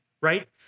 right